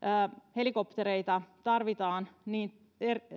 helikoptereita tarvitaan niin